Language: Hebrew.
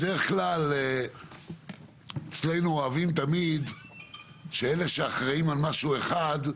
בדרך כלל אצלנו אוהבים תמיד שאלה שאחראים על משהו אחד,